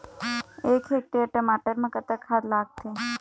एक हेक्टेयर टमाटर म कतक खाद लागथे?